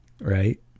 right